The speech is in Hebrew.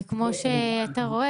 כמו שאתה רואה,